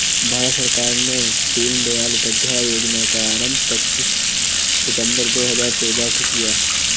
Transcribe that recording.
भारत सरकार ने दीनदयाल उपाध्याय योजना का आरम्भ पच्चीस सितम्बर दो हज़ार चौदह को किया